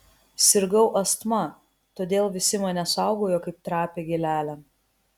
sirgau astma todėl visi mane saugojo kaip trapią gėlelę